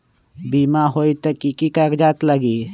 बिमा होई त कि की कागज़ात लगी?